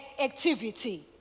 activity